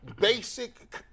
basic